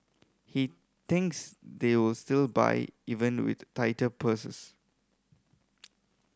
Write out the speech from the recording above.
he thinks they will still buy even with tighter purses